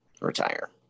retire